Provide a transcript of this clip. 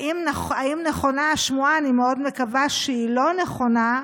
האם נכונה השמועה, אני מאוד מקווה שהיא לא נכונה,